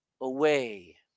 away